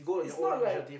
is not like